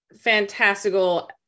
fantastical